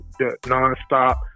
nonstop